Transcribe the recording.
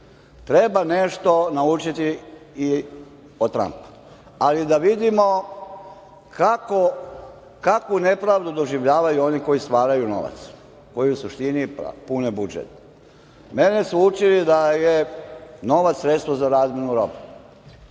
Treba nešto naučiti i od Trampa. Ali da vidimo kakvu nepravdu doživljavaju oni koji stvaraju novac, koji u suštini pune budžet. Mene su učili da je novac sredstvo za razmenu robe.